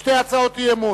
שתי הצעות אי-אמון: